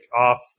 off